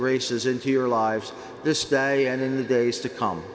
graces into your lives this day and in the days to come